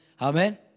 Amen